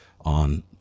on